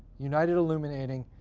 united illuminating,